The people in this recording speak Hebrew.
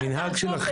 זה מנהג של החברה.